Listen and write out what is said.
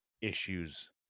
issues